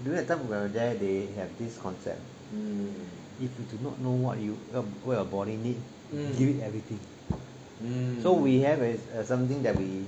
that time when we were there they have this concept if you do not know what you what your body needs give it everything so we have is something that we